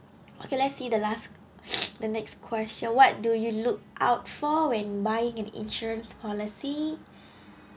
okay let's see the last the next question what do you look out for when buying an insurance policy